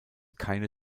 keine